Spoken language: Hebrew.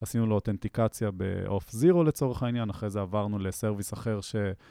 עשינו לו אותנטיקציה ב-Off-Zero לצורך העניין, אחרי זה עברנו לסרוויסט אחר ש...